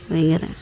இவங்க